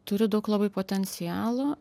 turi daug labai potencialo